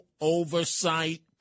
oversight